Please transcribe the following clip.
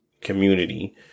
community